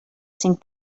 cinc